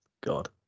God